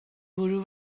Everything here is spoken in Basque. buru